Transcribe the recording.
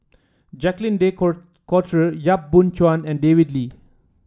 Jacques De Court Coutre Yap Boon Chuan and David Lee